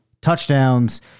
touchdowns